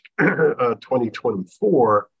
2024